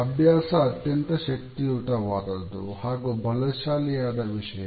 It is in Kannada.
ಅಭ್ಯಾಸ ಅತ್ಯಂತ ಶಕ್ತಿಯುತವಾದದ್ದು ಹಾಗೂ ಬಲಶಾಲಿಯಾದ ವಿಷಯ